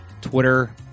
Twitter